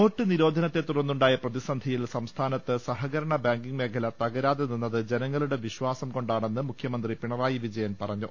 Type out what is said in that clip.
not നിരോധനത്തെ തുടർന്നുണ്ടായ പ്രതിസന്ധിയിൽ സംസ്ഥാനത്ത് സഹകരണ ബാങ്കിങ് മേഖല തകരാതെ നിന്നത് ജനങ്ങളുടെ വിശ്വാസം കൊണ്ടാണെന്ന് മുഖ്യമന്ത്രി പിണറായി വിജയൻ പറഞ്ഞു